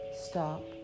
stop